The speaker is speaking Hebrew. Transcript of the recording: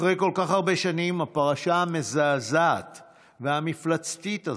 אחרי כל כך הרבה שנים הפרשה המזעזעת והמפלצתית הזו,